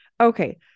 Okay